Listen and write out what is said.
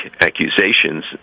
accusations